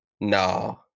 No